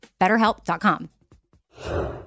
BetterHelp.com